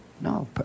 No